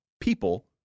people